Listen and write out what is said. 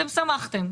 אתם שמחתם.